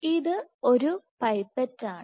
ഇതൊരു പൈപ്പറ്റാണ്